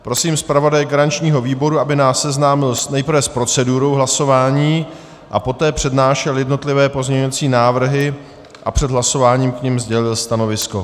Prosím zpravodaje garančního výboru, aby nás nejprve seznámil s procedurou hlasování a poté přednášel jednotlivé pozměňovací návrhy a před hlasováním k nim sdělil stanovisko.